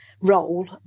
role